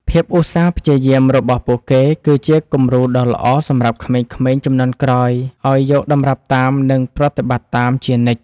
ភាពឧស្សាហ៍ព្យាយាមរបស់ពួកគេគឺជាគំរូដ៏ល្អសម្រាប់ក្មេងៗជំនាន់ក្រោយឱ្យយកតម្រាប់តាមនិងប្រតិបត្តិតាមជានិច្ច។